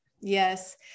Yes